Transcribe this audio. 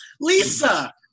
Lisa